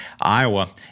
Iowa